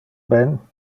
ben